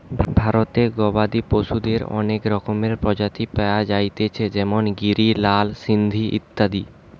ভারতে গবাদি পশুদের অনেক রকমের প্রজাতি পায়া যাইতেছে যেমন গিরি, লাল সিন্ধি ইত্যাদি